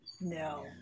No